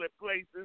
places